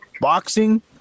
boxing